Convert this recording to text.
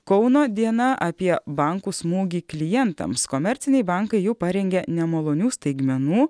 kauno diena apie bankų smūgį klientams komerciniai bankai jau parengė nemalonių staigmenų